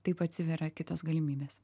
taip atsiveria kitos galimybės